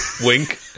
wink